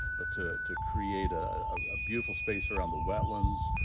but to to create a ah beautiful space around the wetlands.